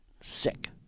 sick